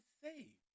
save